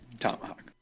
tomahawk